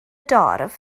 dorf